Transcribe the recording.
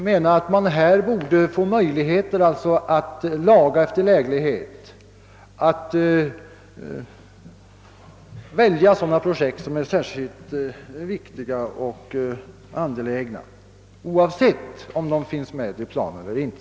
Man borde här få möjlighet att laga efter läglighet; att välja sådana projekt som är särskilt viktiga och angelägna — oavsett om de finns med i planen eller inte.